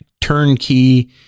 turnkey